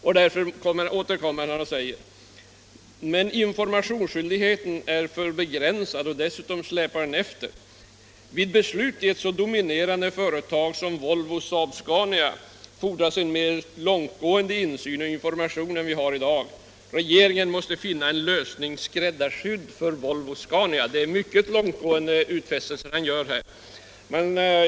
Han fortsätter senare på följande sätt: ”Men informationsskyldigheten är här för begränsad och dessutom släpar den efter. -—-—- Vid beslut i ett så dominerande företag som Volvo-Saab-Scania fordras en mer långtgående insyn och information än vad vi har i dag. Regeringen måste nog finna en lösning skräddarsydd för Volvo-Saab-Scania.” Det är mycket långtgående utfästelser som Per Ahlmark här gör.